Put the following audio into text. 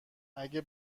اگه